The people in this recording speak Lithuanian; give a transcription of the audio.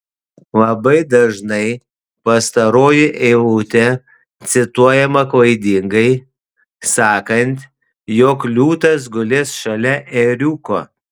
labai dažnai pastaroji eilutė cituojama klaidingai sakant jog liūtas gulės šalia ėriuko